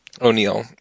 O'Neill